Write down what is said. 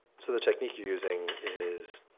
so the technique you're using is,